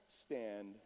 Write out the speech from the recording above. stand